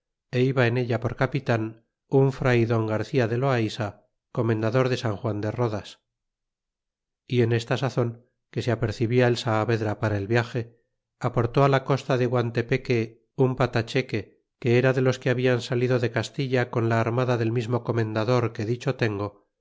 é iba en ella por capitan un fray don garcia de loaysa comendador de san juan de rodas y en esta sazon que se apercebia el saavedra para el viage aporté á la costa de guantepeque un patacheque era de los que hablan salido de castilla con ja armada del mismo comendador que dicho tengo